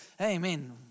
Amen